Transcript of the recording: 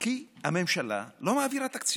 כי הממשלה לא מעבירה תקציב.